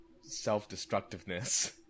self-destructiveness